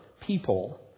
people